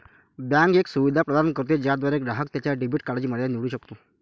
bank एक सुविधा प्रदान करते ज्याद्वारे ग्राहक त्याच्या डेबिट कार्डची मर्यादा निवडू शकतो